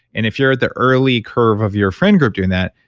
and if you're at the early curve of your friend group doing that,